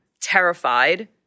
terrified